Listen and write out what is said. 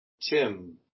Tim